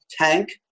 tank